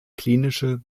klinische